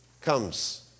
comes